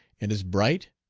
and is bright,